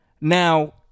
Now